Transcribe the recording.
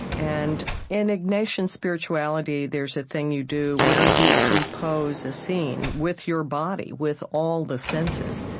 and in ignatian spirituality, there's a thing you do where you compose a scene with your body, with all the senses,